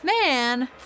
man